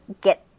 get